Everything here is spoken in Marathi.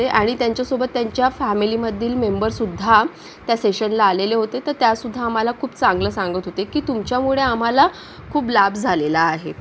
आणि त्यांच्या सोबत त्यांच्या फॅमिलीमधील मेंबरसुद्धा त्या सेशनला आलेले होते आणि त्या सुद्धा आम्हाला खूप चांगलं सांगत होते की तुमच्यामुळे आम्हाला खूप लाभ झालेला आहे